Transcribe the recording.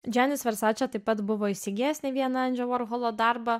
džianis versace taip pat buvo įsigijęs ne vieną endžio vorholo darbą